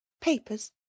papers